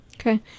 Okay